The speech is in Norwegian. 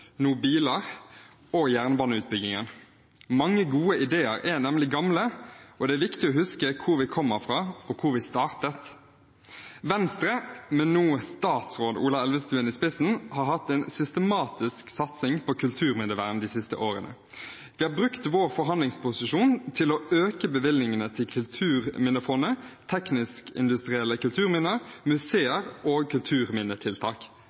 og jernbaneutbygging. Mange gode ideer er nemlig gamle, og det er viktig å huske hvor vi kommer fra, og hvor vi startet. Venstre, med nå statsråd Ola Elvestuen i spissen, har hatt en systematisk satsing på kulturminnevern de siste årene. Vi har brukt vår forhandlingsposisjon til å øke bevilgningene til bl.a. Kulturminnefondet, tekniske og industrielle kulturminner, museer og kulturminnetiltak.